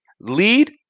Lead